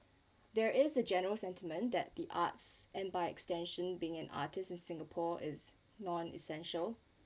there is a general sentiment that the arts and by extension being an artist in singapore is non essential